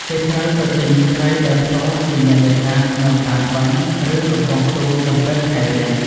គេត្រូវទៅទិញត្រីដោយផ្ទាល់ពីអ្នកនេសាទនៅតាមបឹង ឬកំពង់ទូកមុនពេលថ្ងៃរះ។